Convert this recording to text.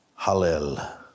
Hallel